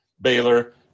Baylor